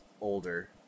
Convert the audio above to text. older